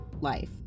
life